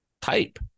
type